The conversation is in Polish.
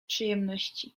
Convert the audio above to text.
przyjemności